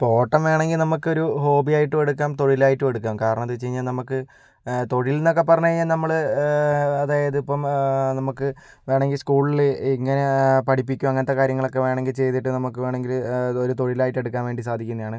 ഓട്ടം വേണമെങ്കിൽ നമുക്ക് ഒരു ഹോബിയായിട്ടും എടുക്കാം തൊഴിലായിട്ടും എടുക്കാം കാരണം എന്താന്ന് വെച്ച് കഴിഞ്ഞാൽ നമുക്ക് തൊഴിൽ എന്നൊക്കെ പറഞ്ഞാൽ നമ്മള് അതായത് ഇപ്പം നമുക്ക് വേണമെങ്കിൽ സ്കൂളില് ഇങ്ങനെ പഠിപ്പിക്കാം അങ്ങനത്തെ കാര്യങ്ങളൊക്കെ വേണമെങ്കിൽ ചെയ്തിട്ട് നമുക്ക് വേണമെങ്കിൽ ഇതൊരു തൊഴിലായിട്ട് എടുക്കാൻ വേണ്ടി സാധിക്കുന്നതാണ്